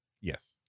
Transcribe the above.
Yes